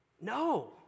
No